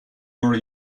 are